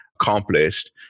accomplished